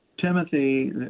Timothy